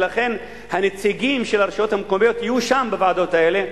לכן הנציגים של הרשויות המקומיות יהיו שם בוועדות האלה.